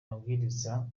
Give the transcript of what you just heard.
mabwiriza